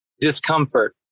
discomfort